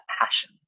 passion